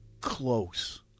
Close